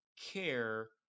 care